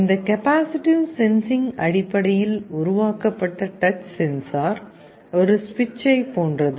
இந்த capacitive sensing அடிப்படையில் உருவாக்கப்பட்ட டச் சென்சார் ஒரு சுவிட்சைப் போன்றது